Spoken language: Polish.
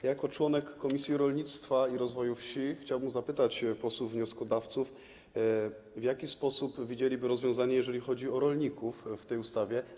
Jako członek Komisji Rolnictwa i Rozwoju Wsi chciałbym zapytać posłów wnioskodawców, jakie widzieliby rozwiązanie, jeżeli chodzi o rolników, w tej ustawie.